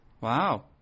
Wow